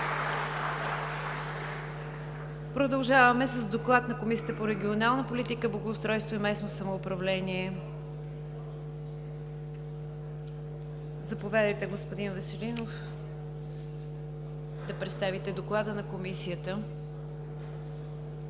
Продължаваме с Доклада на Комисията по регионална политика, благоустройство и местно самоуправление. Заповядайте, господин Веселинов, да представите Доклада на Комисията.